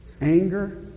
anger